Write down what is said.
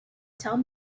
down